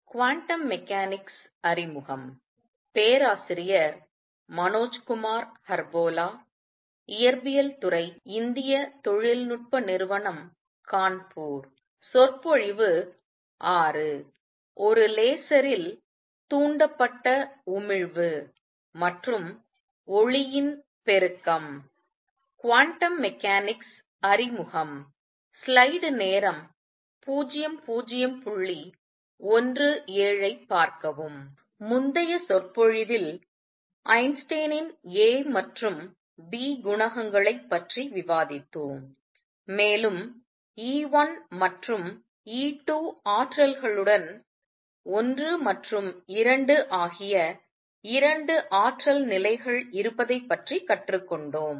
ஒரு லேசரில் தூண்டப்பட்ட உமிழ்வு மற்றும் ஒளியின் பெருக்கம் குவாண்டம் மெக்கானிக்ஸ் அறிமுகம் முந்தைய சொற்பொழிவில் ஐன்ஸ்டீனின் A மற்றும் B குணகங்களைப் பற்றி விவாதித்தோம் மேலும் E1 மற்றும் E2 ஆற்றல்களுடன் 1 மற்றும் 2 ஆகிய இரண்டு ஆற்றல் நிலைகள் இருப்பதைப் பற்றி கற்றுக்கொண்டோம்